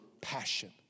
passion